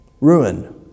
Ruin